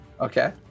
Okay